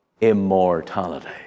immortality